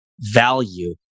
value